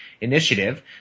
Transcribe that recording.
Initiative